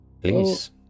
Please